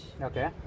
okay